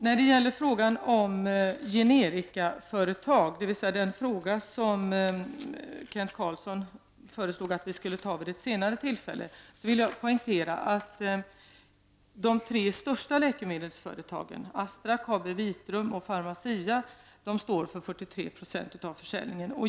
När det gäller frågan om generikaföretag, dvs. den fråga som Kent Carlsson föreslog att vi skulle diskutera vid ett senare tillfälle, vill jag poängtera att de tre största läkemedelsföretagen — Astra, Kabi Vitrum och Pharmacia — står för 43 96 av försäljningen.